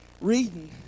reading